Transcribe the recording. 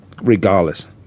Regardless